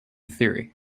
theory